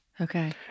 Okay